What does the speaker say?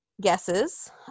guesses